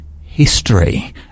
history